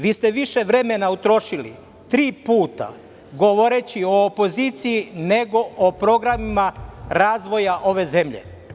Vi ste više vremena utrošili, tri puta, govoreći o opoziciji nego o programima razvoja ove zemlje.